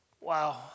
wow